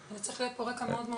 וצריך להיות בעל רקע חזק